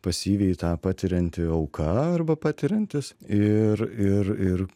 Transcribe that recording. pasyviai tą patirianti auka arba patiriantis ir ir ir